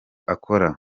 akora